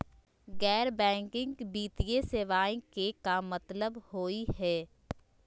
गैर बैंकिंग वित्तीय सेवाएं के का मतलब होई हे?